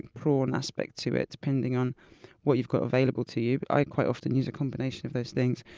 prawn aspect to it, depending on what you've got available to you. i quite often use a combination of those things,